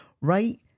right